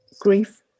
grief